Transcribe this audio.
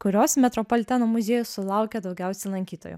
kurios metropoliteno muziejus sulaukia daugiausia lankytojų